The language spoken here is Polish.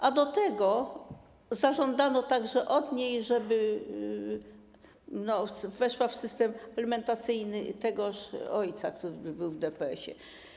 A do tego zażądano także od niej, żeby weszła w system alimentacyjny tegoż ojca, który był w DPS-ie.